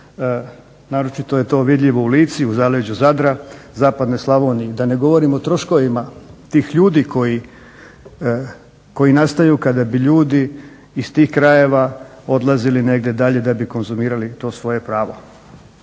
Naročito je to vidljivo u Lici, u zaleđu Zadra, zapadnoj Sloveniji, da ne govorim o troškovima tih ljudi koji nastaju kada bi ljudi iz tih krajeva odlazili negdje dalje da bi konzumirali to svoje pravo,